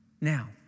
Now